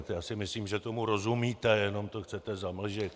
Já si myslím, že tomu rozumíte, jenom to chcete zamlžit.